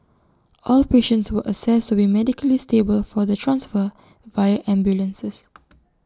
all patients were assessed to be medically stable for the transfer via ambulances